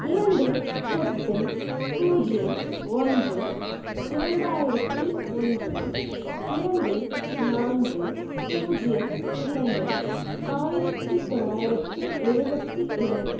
இரண்டு எட்டு பூஜ்ஜியம் ஒன்று இரண்டாயிரத்தி ஒன்று இரண்டு நான்கு பூஜ்ஜியம் இரண்டு ஆயிரத்தி தொள்ளாயிரத்தி எழுபத்தி இரண்டு